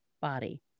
body